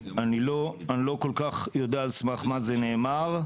אני לא כל כך יודע על סמך מה זה נאמר.